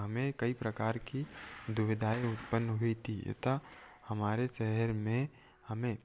हमें कई प्रकार की दुविधाएँ उत्पन्न हुई थी अतः हमारे शहर में हमें